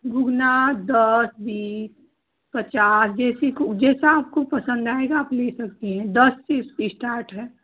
घूघना दस बीस पचास जैसे कु जैसा आपको पसंद आएगा आप ले सकती हैं दस बीस से इस्टार्ट हैं